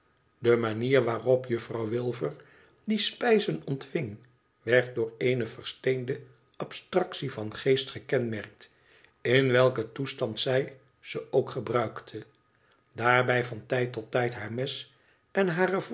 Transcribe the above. de manier waarop juffrouw wilfer die spijzen ontving werd door eene versteende abstractie van geest gekenmerkt in welken toestand zij ze ook gebruikte daarbij van tijd tot tijd haar mes en